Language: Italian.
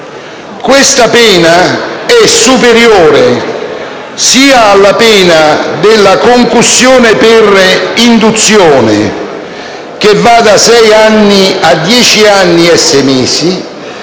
Questa pena è superiore sia alla pena per il reato di concussione per induzione (che va da sei a dieci anni e sei mesi),